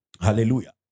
Hallelujah